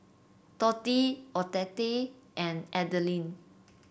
Dottie Odette and Adelyn